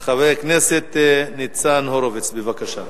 חבר הכנסת ניצן הורוביץ, בבקשה.